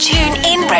TuneIn